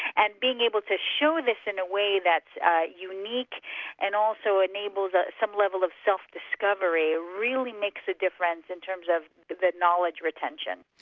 and being able to show this in a way that's unique and also enables ah some level of self-discovery, really makes a difference in terms of the knowledge retention.